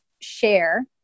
share